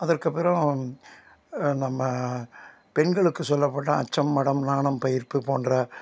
அதற்கு பிறகும் நம்ம பெண்களுக்கு சொல்லப்பட்ட அச்சம் மடம் நாணம் பயிர்ப்பு போன்ற